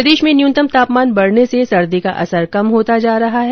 प्रदेश में न्यूनतम तापमान बढ़ने से सर्दी का असर कम होता जा रहा है